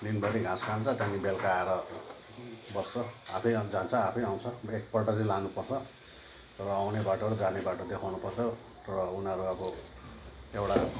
दिनभरि घाँस खान्छ त्यहाँदेखि बेलुका आएर बस्छ आफै अनि जान्छ आफै आउँछ एकपल्ट चाहिँ लानुपर्छ र आउने बाटो र जाने बाटो देखाउनुपर्छ र उनीहरू अब एउटा